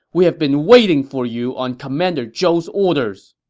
we have been waiting for you on commander zhou's orders!